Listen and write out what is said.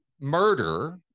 murder